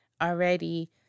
already